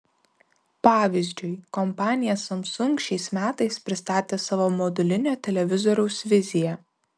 pavyzdžiui kompanija samsung šiais metais pristatė savo modulinio televizoriaus viziją